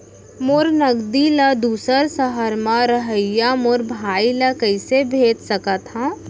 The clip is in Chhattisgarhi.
मोर नगदी ला दूसर सहर म रहइया मोर भाई ला कइसे भेज सकत हव?